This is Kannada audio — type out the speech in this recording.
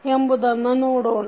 ಎಂಬುದನ್ನು ನೋಡೋಣ